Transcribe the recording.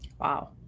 Wow